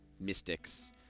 mystics